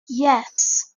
yes